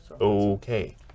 Okay